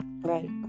Right